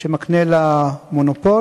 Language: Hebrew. שמקנה לה מונופול,